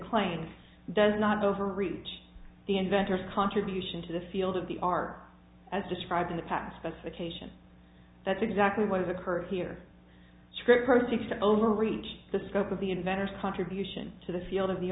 claims does not overreach the inventor's contribution to the field of the are as described in the past specification that's exactly what is occurring here strict procedures to overreach the scope of the inventor's contribution to the field of the